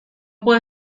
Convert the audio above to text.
puedo